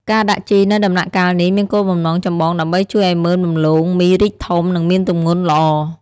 ការដាក់ជីនៅដំណាក់កាលនេះមានគោលបំណងចម្បងដើម្បីជួយឱ្យមើមដំឡូងមីរីកធំ និងមានទម្ងន់ល្អ។